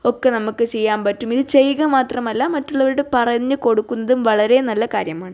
ഒക്കെ നമുക്ക് ചെയ്യാൻ പറ്റും ഇത് ചെയ്യുക മാത്രമല്ല മറ്റുള്ളവരോട് പറഞ്ഞുകൊടുക്കുന്നതും വളരേ നല്ല കാര്യമാണ്